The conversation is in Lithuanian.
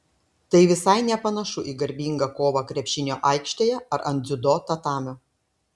tai visai nepanašu į garbingą kovą krepšinio aikštėje ar ant dziudo tatamio